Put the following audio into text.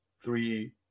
three